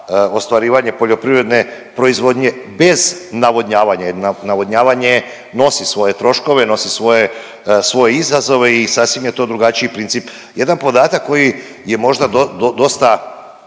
ostvarivanje poljoprivredne proizvodnje bez navodnjavanja jer navodnjavanje nosi svoje troškove, nosi svoje izazove i sasvim je to drugačiji princip. Jedan podatak koji je možda dosta